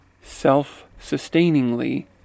self-sustainingly